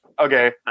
okay –